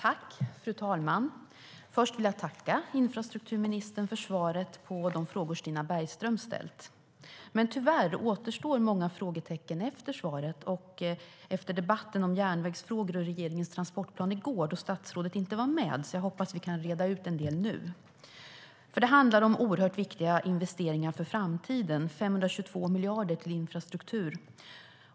Fru talman! Först vill jag tacka infrastrukturministern för svaret på de frågor Stina Bergström ställt. Tyvärr återstår många frågetecken efter svaret. Efter gårdagens debatt om järnvägsfrågor och regeringens transportplan då statsrådet inte var med hoppas jag att vi kan reda ut en del nu. Det handlar om oerhört viktiga investeringar för framtiden - 522 miljarder till infrastruktur.